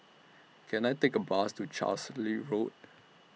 Can I Take A Bus to Carlisle Road